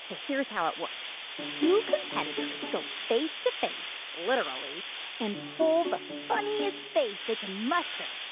so here's how it works two competitors go face to face literally and pull the funniest face they can muster.